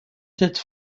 cette